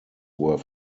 were